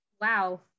Wow